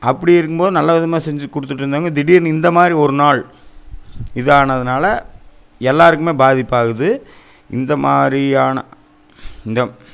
அப்படி இருக்கும்போது நல்லவிதமாக செஞ்சு கொடுத்துட்டு இருந்தவங்க திடீர்னு இந்த மாதிரி ஒரு நாள் இதானதினால எல்லாருக்குமே பாதிப்பாகுது இந்த மாதிரியான இந்த